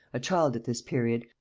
a child at this period,